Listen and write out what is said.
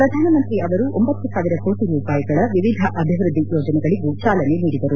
ಪ್ರಧಾನಮಂತ್ರಿ ಅವರು ಒಂಬತ್ತು ಸಾವಿರ ಕೋಟಿ ರೂಪಾಯಿಗಳ ವಿವಿಧ ಅಭಿವೃದ್ದಿ ಯೋಜನೆಗಳಿಗೂ ಚಾಲನೆ ನೀಡಿದರು